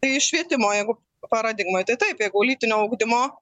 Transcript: tai švietimo jeigu paradigmoj tai taip jeigu lytinio ugdymo